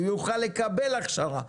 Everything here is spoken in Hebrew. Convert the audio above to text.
הוא יוכל לקבל הכשרה.